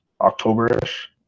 October-ish